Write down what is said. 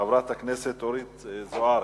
חברת הכנסת אורית זוארץ.